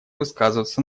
высказываться